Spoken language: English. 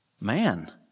man